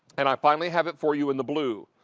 and i finally have it for you in the blue.